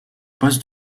poste